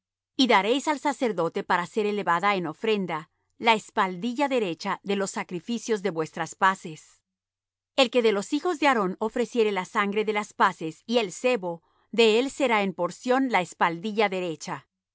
y daréis al sacerdote para ser elevada en ofrenda la espaldilla derecha de los sacrificios de vuestras paces el que de los hijos de aarón ofreciere la sangre de las paces y el sebo de él será en porción la espaldilla derecha